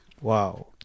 Wow